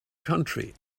country